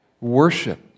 worship